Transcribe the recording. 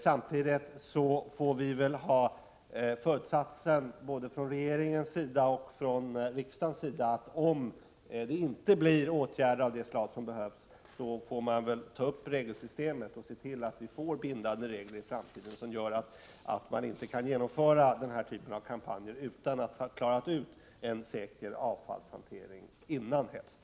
Samtidigt får väl både regeringen och riksdagen ha föresatsen att, om vi märker att åtgärder som behövs inte blir av, diskutera regelsystemet och se till att vi får bindande regler som gör att man i framtiden inte kan genomföra den här typen av kampanjer utan att frågan om avfallshanteringen dessförinnan är löst.